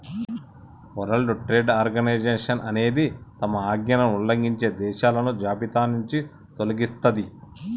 world trade organisation అనేది తమ ఆజ్ఞలను ఉల్లంఘించే దేశాలను జాబితానుంచి తొలగిస్తది